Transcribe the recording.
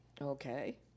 Okay